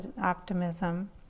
optimism